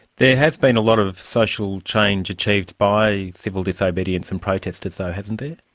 there has been a lot of social change achieved by civil disobedience and protesters though, hasn't there?